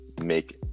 make